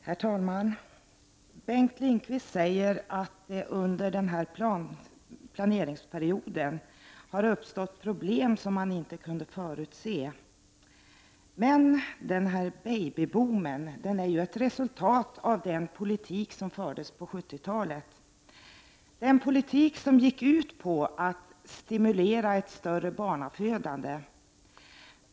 Herr talman! Bengt Lindqvist säger att det under den här planeringsperioden har uppstått problem som man inte kunde förutse. Men ”baby-boomen” är ett resultat av den politik som fördes på 70-talet, den politik som gick ut på att stimulera ett större barnafödande.